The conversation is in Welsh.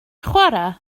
chwarae